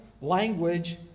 language